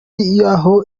yaho